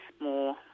more